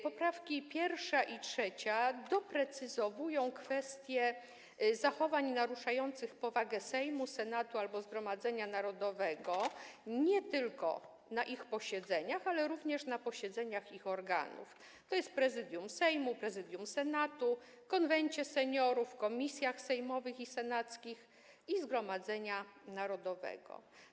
Poprawki 1. i 3. doprecyzowują kwestie zachowań naruszających powagę Sejmu, Senatu albo Zgromadzenia Narodowego nie tylko na ich posiedzeniach, ale również na posiedzeniach ich organów, tj. Prezydium Sejmu, Prezydium Senatu, Konwentu Seniorów, komisji sejmowych i senackich oraz Zgromadzenia Narodowego.